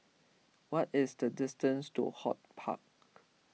what is the distance to HortPark